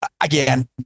again